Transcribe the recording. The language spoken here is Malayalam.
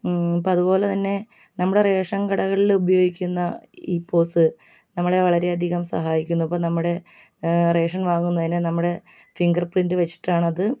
അപ്പോൾ അതുപോലെ തന്നെ നമ്മുടെ റേഷൻ കടകളിൽ ഉപയോഗിക്കുന്ന ഈ പോസ് നമ്മളെ വളരെയധികം സഹായിക്കുന്നു നമ്മുടെ റേഷൻ വാങ്ങുന്നതിന് നമ്മുടെ ഫിംഗർ പ്രിൻറ് വെച്ചിട്ടാണത്